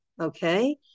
okay